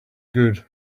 good